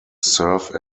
serve